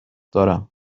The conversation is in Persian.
دارم